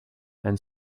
and